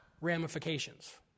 ramifications